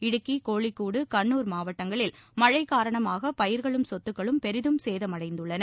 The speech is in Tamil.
இடுக்கி கோழிக்கோடு கண்னூர் மாவட்டங்களில் மழை காரணமாக பயிர்களும் சொத்துக்களும் பெரிதும் சேதமடைந்துள்ளன